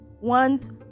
ones